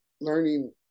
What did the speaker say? learning